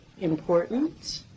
important